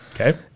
Okay